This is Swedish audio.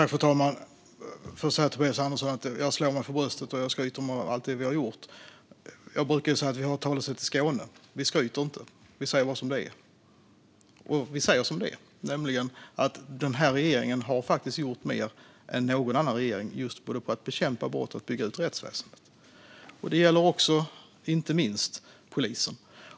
Fru talman! Tobias Andersson säger att jag slår mig för bröstet och skryter med allt vi har gjort. Det finns ett talesätt i Skåne som lyder: "Vi skryter inte; vi säger bara som det är." Och vi säger som det är, nämligen att den här regeringen har gjort mer än någon annan regering just när det gäller att bekämpa brott och bygga ut rättsväsendet. Det gäller inte minst polisen.